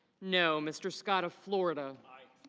no. mr. scott of florida i.